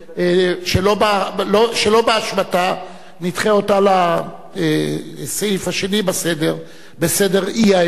שלא באשמתה, לסעיף השני בסדר האי-אמון.